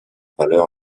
valeur